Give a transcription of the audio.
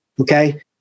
Okay